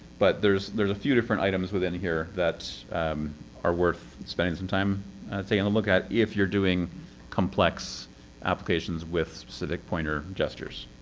but there's there's a few different items within here that are worth spending some time taking a look at, if you're doing complex applications with specific pointer gestures.